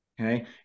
okay